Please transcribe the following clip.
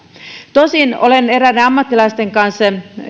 tosin kun olen keskustellut eräiden ammattilaisten kanssa